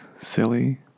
silly